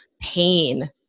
pain